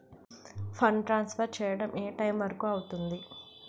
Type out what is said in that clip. Fund transfer చేయడం ఏ time వరుకు అవుతుంది?